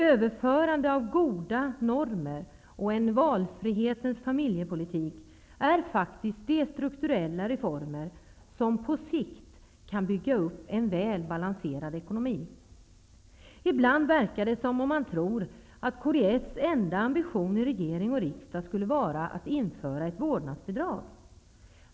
Överförande av goda normer och en valfrihetens familjepolitik är faktiskt de ''strukturella'' reformer som på sikt kan bygga upp en väl balanserad ekonomi. Ibland verkar det som om man tror att kds enda ambition i regering och riksdag skulle vara att införa ett vårdnadsbidrag.